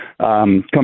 come